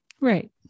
right